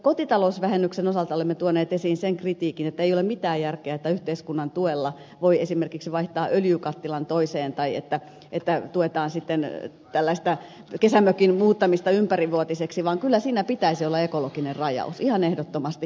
kotitalousvähennyksen osalta olemme tuoneet esiin sen kritiikin että ei ole mitään järkeä siinä että yhteiskunnan tuella voi esimerkiksi vaihtaa öljykattilan toiseen tai että tuetaan sitten tällaista kesämökin muuttamista ympärivuotiseksi vaan kyllä siinä pitäisi olla ekologinen rajaus ihan ehdottomasti